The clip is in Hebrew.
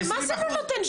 אבל מה זה לא נותן שיקום?